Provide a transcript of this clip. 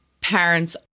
parents